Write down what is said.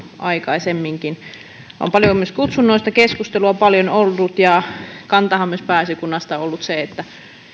aikaisemminkin on paljon esimerkiksi kutsunnoista keskustelua ollut ja kantahan myös pääesikunnasta on ollut se että